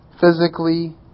Physically